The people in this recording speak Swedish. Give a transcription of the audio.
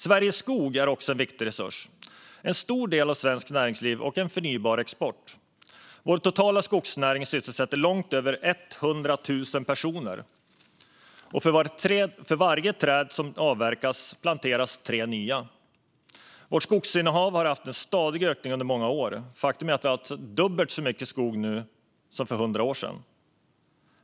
Sveriges skog är också en viktig resurs, en stor del av svenskt näringsliv och en förnybar export. Vår totala skogsnäring sysselsätter långt över 100 000 personer, och för varje träd som avverkas planteras tre nya. Vårt skogsinnehav har haft en stadig ökning under många år. Faktum är att vi har dubbelt så mycket skog nu som för 100 år sedan.